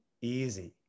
easy